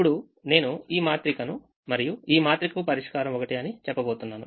ఇప్పుడు నేను ఈమాత్రిక కు మరియు ఈమాత్రిక కు పరిష్కారం ఒకటే అని చెప్పబోతున్నాను